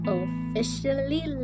officially